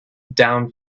down